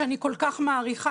שאני כל כך מעריכה,